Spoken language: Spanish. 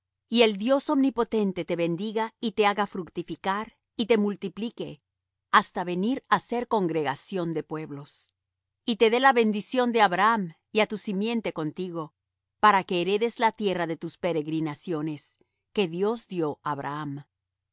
y el dios omnipotente te bendiga y te haga fructificar y te multiplique hasta venir á ser congregación de pueblos y te dé la bendición de abraham y á tu simiente contigo para que heredes la tierra de tus peregrinaciones que dios dió á abraham